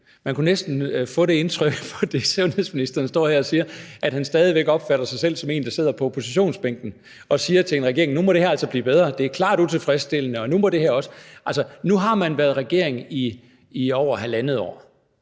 Man kunne næsten få det indtryk ud fra det, sundhedsministeren står her og siger, at han stadig væk opfatter sig selv som en, der sidder på oppositionsbænken og siger til en regering, at nu må det her altså blive bedre, og at det er klart utilfredsstillende. Altså, nu har man været regering i over halvandet år,